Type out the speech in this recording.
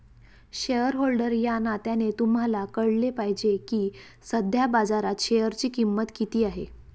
shareholder या नात्याने तुम्हाला कळले पाहिजे की सध्या बाजारात शेअरची किंमत किती आहे